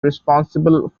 responsible